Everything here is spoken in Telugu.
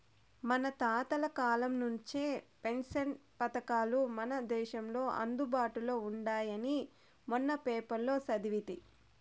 మన తాతల కాలం నుంచే పెన్షన్ పథకాలు మన దేశంలో అందుబాటులో ఉండాయని మొన్న పేపర్లో సదివితి